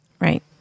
Right